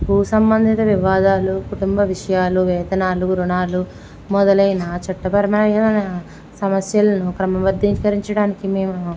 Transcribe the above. భూ సంబంధిత వివాదాలు కుటుంబ విషయాలు వేతనాలు రుణాలు మొదలైన చట్టపరమైన సమస్యలను క్రమబద్ధీకరించడానికి మేము